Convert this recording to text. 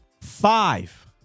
Five